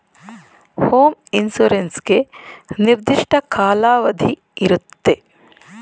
home insurance ಗೆ ನಿರ್ದಿಷ್ಟ ಕಾಲಾವಧಿ ಇರುತ್ತೆ